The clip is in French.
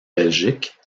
belgique